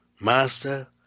Master